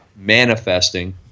manifesting